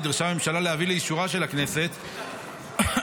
נדרשה הממשלה להביא לאישורה של הכנסת חוק